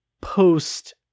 post